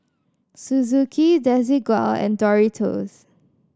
Suzuki Desigual and Doritos